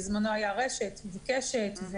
בזמנו היה רשת וקשת,